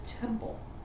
temple